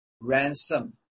ransom